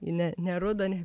ne ne ruda ne